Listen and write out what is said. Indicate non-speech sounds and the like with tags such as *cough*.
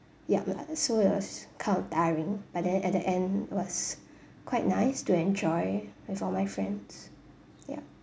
ya but so it was kind of tiring but then at the end it was *breath* quite nice to enjoy with all my friends yup